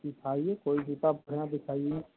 दिखाइए कोई महंगा रहगा वो भी चलेगा जूता बढ़िया दिखाइए